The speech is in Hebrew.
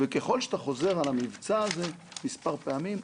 וככל שאתה חוזר על המבצע הזה מספר פעמים,